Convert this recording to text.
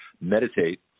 meditate